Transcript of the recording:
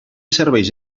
serveis